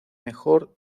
mejor